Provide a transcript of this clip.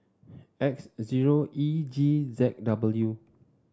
X zero E G Z W